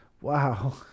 Wow